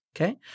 Okay